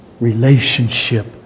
relationship